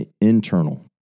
internal